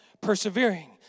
Persevering